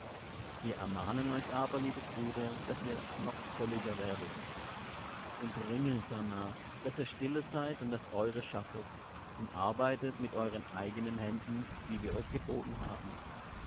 wir ermahnen euch aber liebe brüder daß ihr noch völliger werdet und ringet darnach daß ihr stille seid und das eure schaffet und arbeitet mit euren eigenen händen wie wir euch geboten haben